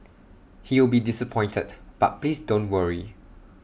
he will be disappointed but please don't worry